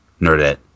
Nerdette